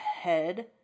head